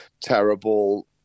terrible